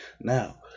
now